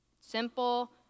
Simple